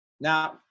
now